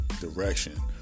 direction